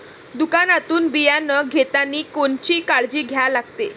दुकानातून बियानं घेतानी कोनची काळजी घ्या लागते?